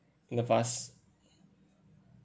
in the past